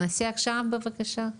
ילדים